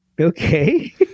Okay